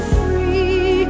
free